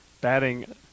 Batting